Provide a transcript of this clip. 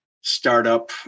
startup